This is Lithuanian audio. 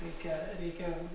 reikia reikia